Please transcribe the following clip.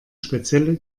spezielle